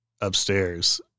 upstairs